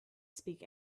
speak